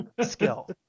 skill